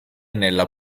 nella